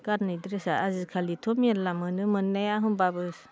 गाननाय ड्रेसआ आजिखालिथ' मेल्ला मोनो मोननाया होनबाबो